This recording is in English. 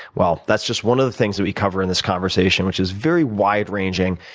well, that's just one of the things that we cover in this conversation, which is very wide-ranging.